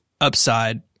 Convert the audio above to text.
upside